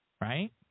right